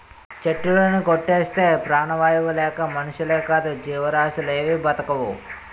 చెట్టులుని కొట్టేస్తే ప్రాణవాయువు లేక మనుషులేకాదు జీవరాసులేవీ బ్రతకవు